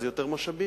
יש יותר משאבים,